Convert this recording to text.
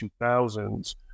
2000s